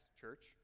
Church